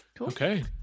Okay